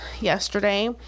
yesterday